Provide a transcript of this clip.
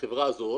שהחברה הזאת